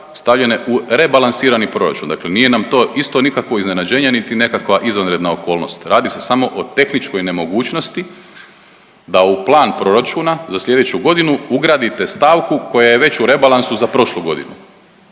stavljene u rebalansirani proračun, dakle nije nam to isto nikakvo iznenađenje niti nekakva izvanredna okolnost. Radi se samo o tehničkoj nemogućnosti da u plan proračuna za sljedeću godinu ugradite stavku koja je već u rebalansu za prošlu godinu.